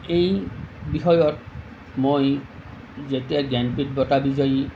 এই বিষয়ত মই যেতিয়া জ্ঞানপীঠ বঁটা বিজয়ী